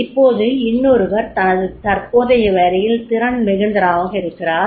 இப்போது இன்னொருவர் தனது தற்போதைய வேலையில் திறன் மிகுந்தவராக இருக்கிறார்